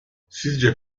sizce